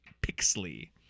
Pixley